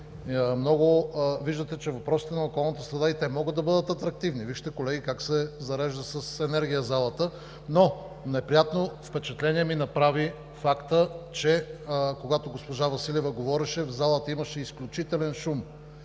Виждате, че и въпросите на околната среда могат да бъдат атрактивни – вижте, колеги, как се зарежда залата с енергия. Неприятно впечатление ми направи фактът, че когато госпожа Василева говореше, в залата имаше изключителен шум.